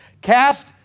Cast